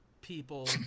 people